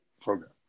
program